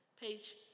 page